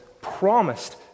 promised